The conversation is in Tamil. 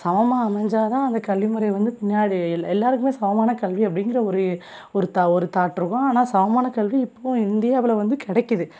சமம்மாக அமைஞ்சால்தான் அது கல்விமுறை வந்து பின்னாடி எல் எல்லோருக்குமே சமமான கல்வி அப்படிங்குற ஒரு ஒரு தா ஒரு தாட் இருக்கும் ஆனால் சமமான கல்வி இப்பவும் இந்தியாவில் வந்து கிடைக்கிது